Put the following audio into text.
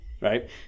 Right